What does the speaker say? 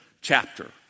chapter